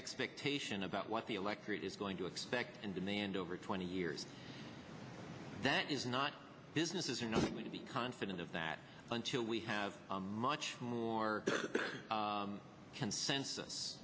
expectation about what the electorate is going to expect and demand over twenty years that is not business isn't likely to be confident of that until we have much more consensus